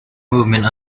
movement